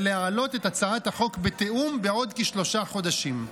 ולהעלות את הצעת החוק בתיאום בעוד כשלושה חודשים.